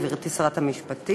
גברתי שרת המשפטים,